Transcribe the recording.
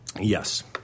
Yes